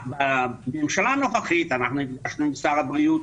בממשלה הנוכחית אנחנו נפגשנו עם שר הבריאות,